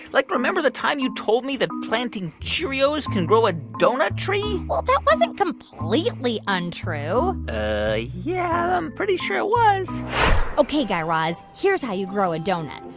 like remember that time you told me that planting cheerios can grow a doughnut tree? well, that wasn't completely untrue yeah, i'm pretty sure it was ok, guy raz, here's how you grow a doughnut.